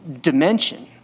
dimension